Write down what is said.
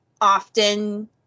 often